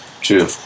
true